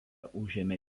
užėmė